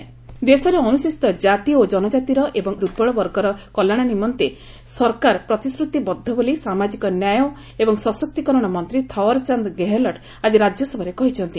RS private resolution ଦେଶର ଅନୁସ୍ଚିତ ଜାତି ଓ ଜନଜାତିର ଏବଂ ଦୁର୍ବଳ ବର୍ଗର କଲ୍ୟାଣ ନିମନ୍ତେ ସରକାର ପ୍ରତିଶ୍ରତିବଦ୍ଧ ବୋଲି ସାମାଜିକ ନ୍ୟାୟ ଏବଂ ସଶକ୍ତିକରଣ ମନ୍ତ୍ରୀ ଥାଓ୍ୱାର ଚାନ୍ଦ ଗେହେଲଟ ଆକି ରାଜ୍ୟସଭାରେ କହିଛନ୍ତି